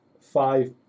five